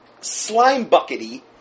slime-buckety